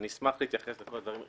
אני אשמח להתייחס לכל הדברים.